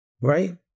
Right